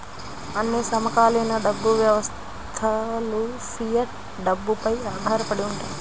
అన్ని సమకాలీన డబ్బు వ్యవస్థలుఫియట్ డబ్బుపై ఆధారపడి ఉంటాయి